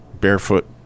barefoot